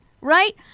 Right